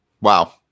Wow